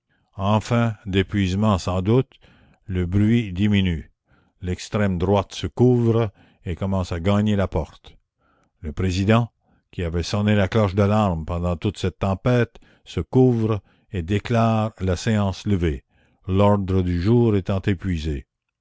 enfin d'épuisement sans doute le bruit diminue l'extrême droite se couvre et commence à gagner la porte le président qui avait sonné la cloche d'alarme pendant toute cette tempête se couvre et déclare la séance la commune levée l'ordre du jour étant épuisé